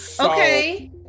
Okay